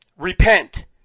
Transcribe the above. Repent